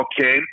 okay